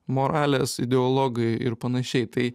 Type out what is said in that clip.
moralės ideologai ir panašiai tai